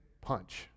punch